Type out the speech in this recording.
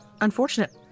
unfortunate